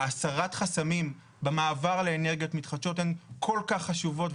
הסרת החסמים במעבר לאנרגיות מתחדשות הן כל כך חשובות,